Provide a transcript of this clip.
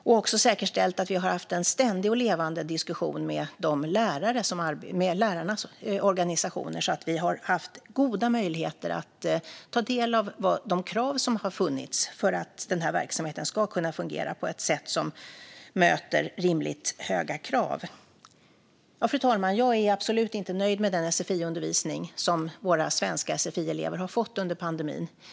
Vi har också säkerställt att vi har haft en ständig och levande diskussion med lärarnas organisationer så att vi har haft goda möjligheter att ta del av de krav som har funnits för att den här verksamheten ska kunna fungera på ett sätt som möter rimligt höga kvar. Fru talman! Jag är absolut inte nöjd med den sfi-undervisning som våra svenska sfi-elever har fått under pandemin.